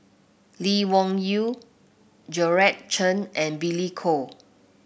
Lee Wung Yew Georgette Chen and Billy Koh